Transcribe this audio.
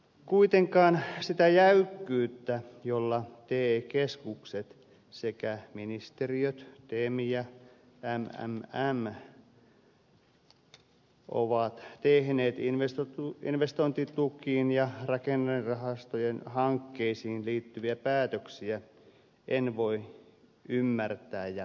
kuitenkaan sitä jäykkyyttä jolla te keskukset sekä ministeriöt tem ja mmm ovat tehneet investointitukiin ja rakennerahastojen hankkeisiin liittyviä päätöksiä en voi ymmärtää ja hyväksyä